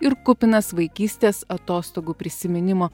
ir kupinas vaikystės atostogų prisiminimo